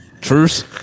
Truce